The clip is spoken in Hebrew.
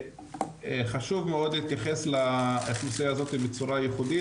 חשוב מאוד להתייחס לאוכלוסייה הזו בצורה ייחודית